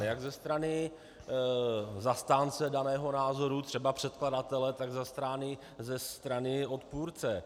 Jak ze strany zastánce daného názoru, třeba předkladatele, tak ze strany odpůrce.